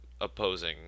opposing